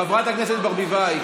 חברת הכנסת ברביבאי,